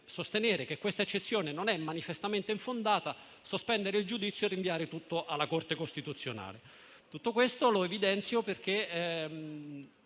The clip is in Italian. sostenere che questa eccezione non è manifestamente infondata, sospendere il giudizio e rinviare tutto alla Corte costituzionale. Tutto questo lo evidenzio, benché